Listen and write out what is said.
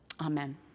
Amen